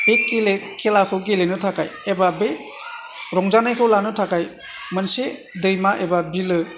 बे खेलाखौ गेलेनो थाखाय एबा बे रंजानायखौ लानो थाखाय मोनसे दैमा एबा बिलो